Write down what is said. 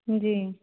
जी